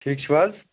ٹھیٖک چھِو حظ